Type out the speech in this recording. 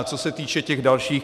Co se týče těch dalších.